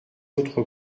autres